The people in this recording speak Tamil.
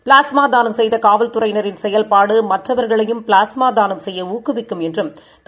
பிளாஸ்மாதானம்செய்தகாவல்துறையினரின்செயல்பா டு மற்றவர்களையும்பிளாஸ்மாதானம்செய்யஊக்குவிக்கு ம்என்றும்திரு